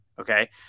Okay